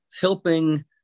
helping